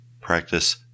practice